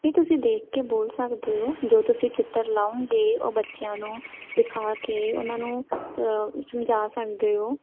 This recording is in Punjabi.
ਨਹੀਂ ਤੁਸੀਂ ਦੇਖ ਕੇ ਬੋਲ ਸਕਦੇ ਹੋ ਜੋ ਤੁਸੀਂ ਚਿੱਤਰ ਲਾਗਾਊਂਗੇ ਉਹ ਬੱਚਿਆਂ ਨੂੰ ਦਿਖਾ ਕੇ ਉਹਨਾਂ ਨੂੰ ਸਮਝਾ ਸਕਦੇ ਹੋ